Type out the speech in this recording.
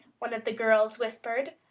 one of the girls whispered.